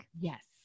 Yes